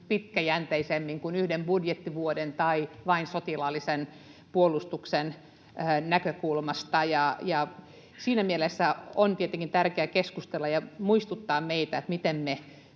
pitkäjänteisemmin kuin yhden budjettivuoden tai vain sotilaallisen puolustuksen näkökulmasta, ja siinä mielessä on tietenkin tärkeää keskustella ja muistuttaa meitä siitä, miten me